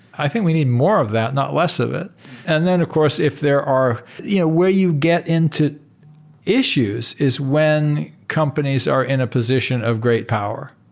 i think we need more of that, not less of it and of course, if there are you know where you get into issues is when companies are in a position of great power,